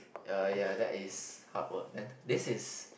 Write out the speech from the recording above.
ya ya that is hard work then this is